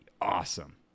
awesome